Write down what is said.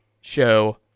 show